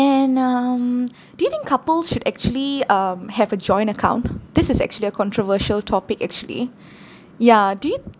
um do you think couples should actually um have a joint account this is actually a controversial topic actually ya do you